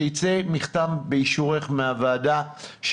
שייצא מכתב באישורך מהוועדה,